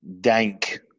dank